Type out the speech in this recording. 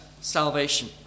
salvation